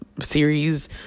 series